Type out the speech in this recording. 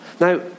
Now